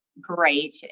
great